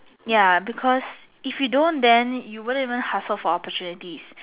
ya because if you don't then you wouldn't even hustle for opportunities